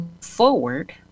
forward